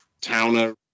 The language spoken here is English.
Towner